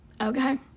okay